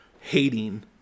hating